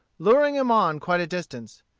luring him on quite a distance.